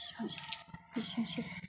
एसेनोसै